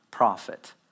prophet